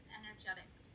energetics